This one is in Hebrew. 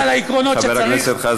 להילחם על העקרונות כשצריך, חבר הכנסת חזן.